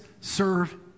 serve